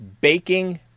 Baking